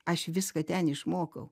aš viską ten išmokau